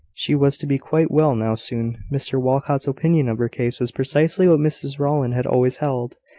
she was to be quite well now soon. mr walcot's opinion of her case was precisely what mrs rowland had always held.